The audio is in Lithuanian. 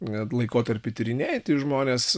net laikotarpį tyrinėjantys žmonės